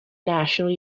national